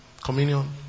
Communion